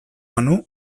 banu